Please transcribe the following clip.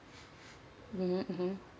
mmhmm mmhmm